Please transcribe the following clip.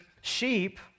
sheep